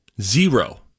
zero